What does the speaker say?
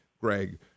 Greg